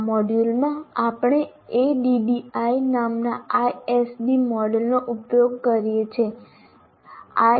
આ મોડ્યુલમાં આપણે ADDI નામના ISD મોડેલનો ઉપયોગ કરીએ છીએ